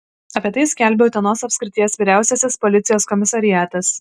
apie tai skelbia utenos apskrities vyriausiasis policijos komisariatas